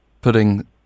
putting